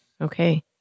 Okay